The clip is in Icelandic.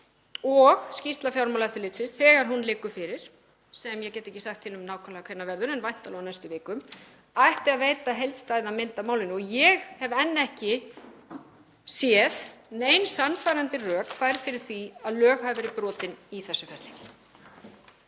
og skýrsla Fjármálaeftirlitsins, þegar hún liggur fyrir, sem ég get ekki sagt til um nákvæmlega hvenær verður en væntanlega á næstu vikum, ættu að veita heildstæða mynd af málinu. Ég hef enn ekki séð nein sannfærandi rök færð fyrir því að lög hafi verið brotin í þessu ferli.